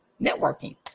networking